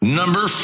number